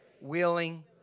willing